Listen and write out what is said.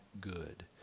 good